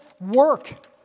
work